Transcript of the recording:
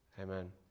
Amen